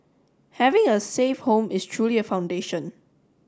having a safe home is truly a foundation